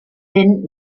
denn